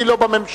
אני לא בממשלה.